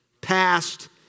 Past